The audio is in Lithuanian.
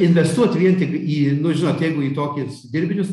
investuot vien tik į nu žinot jeigu į tokius dirbinius